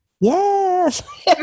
Yes